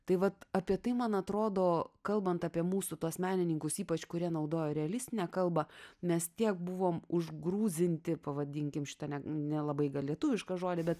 tai vat apie tai man atrodo kalbant apie mūsų tuos menininkus ypač kurie naudojo realistinę kalbą mes tiek buvom užgrūzinti pavadinkim šitą ne nelabai gal lietuvišką žodį bet